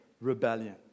rebellion